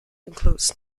includes